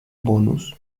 bonus